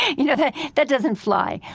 you know that doesn't fly.